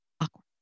awkward